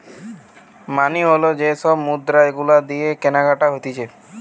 মানি হল যে সব মুদ্রা গুলা দিয়ে কেনাকাটি হতিছে